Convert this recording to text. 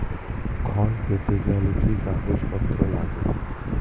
ঋণ পেতে গেলে কি কি কাগজপত্র লাগে?